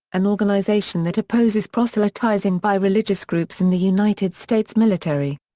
an organization that opposes proselytizing by religious groups in the united states military.